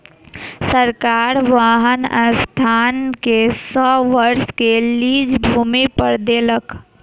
सरकार वाहन संस्थान के सौ वर्ष के लीज भूमि पर देलक